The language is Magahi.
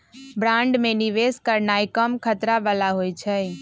बांड में निवेश करनाइ कम खतरा बला होइ छइ